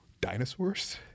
Dinosaurs